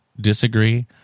disagree